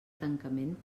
tancament